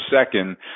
second